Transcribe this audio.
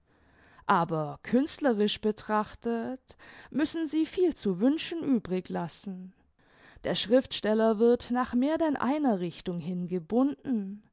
aber künstlerisch betrachtet müssen sie viel zu wünschen übrig lassen der schriftsteller wird nach mehr denn einer richtung hin gebunden